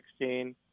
2016